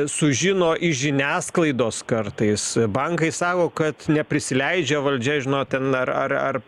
sužino iš žiniasklaidos kartais bankai sako kad neprisileidžia valdžia žinot ten ar ar ar